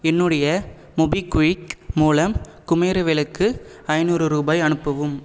என்னுடைய மோபிக்விக் மூலம் குமேரவேலுக்கு ஐநூறு ரூபாய் அனுப்பவும்